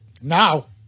Now